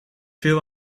veel